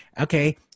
Okay